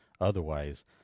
Otherwise